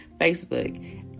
Facebook